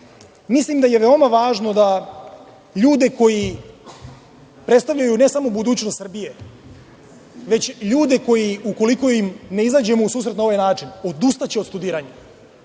da je veoma važno da ljude koji predstavljaju ne samo budućnost Srbije, već ljude ukoliko im ne izađemo u susret na ovaj način, odustaće od studiranja.